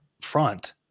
front